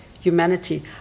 Humanity